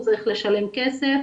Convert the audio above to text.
הוא צריך לשלם כסף,